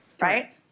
right